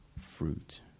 fruit